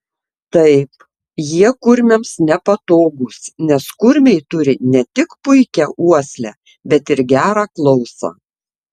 taip jie kurmiams nepatogūs nes kurmiai turi ne tik puikią uoslę bet ir gerą klausą